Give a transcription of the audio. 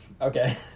Okay